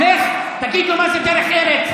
לך, תגיד לו מה זה דרך ארץ.